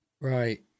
Right